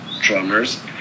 drummers